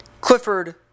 Clifford